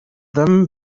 them